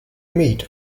meat